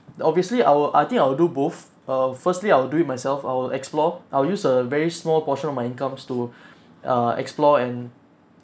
the obviously I will I think I will do both err firstly I will do it myself I will explore I'll use a very small portion of my incomes to uh explore and